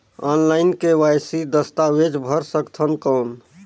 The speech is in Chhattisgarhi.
ऑनलाइन के.वाई.सी दस्तावेज भर सकथन कौन?